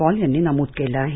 Paul यांनी नमूद केलं आहे